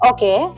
Okay